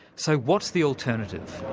so what's the alternative?